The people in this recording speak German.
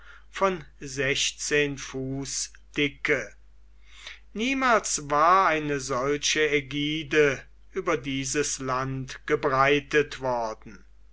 von sechzehn fuß dicke niemals war eine solche ägide über dieses land gebreitet worden